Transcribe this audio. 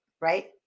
Right